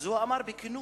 אז הוא אמר בכנות: